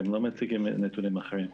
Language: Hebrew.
הם לא מציגים נתונים אחרים.